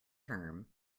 term